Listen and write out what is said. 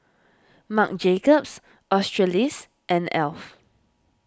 Marc Jacobs Australis and Alf